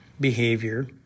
behavior